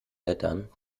lettern